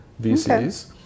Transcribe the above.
VCs